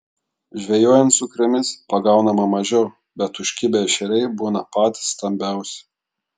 žvejojant sukrėmis pagaunama mažiau bet užkibę ešeriai būna patys stambiausi